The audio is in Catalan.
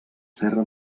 serra